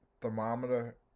thermometer